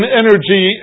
energy